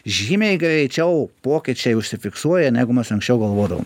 žymiai greičiau pokyčiai užsifiksuoja negu mes anksčiau galvodavom